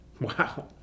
Wow